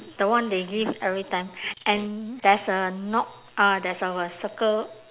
the one they give every time and there's a no~ ah there's our circle